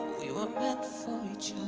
we weren't meant for each